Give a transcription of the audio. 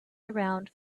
around